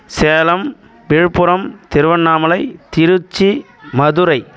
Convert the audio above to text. Salem Viluppuram Tiruvannamalai Trichy Madurai